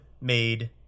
made